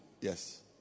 Yes